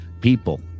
people